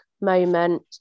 moment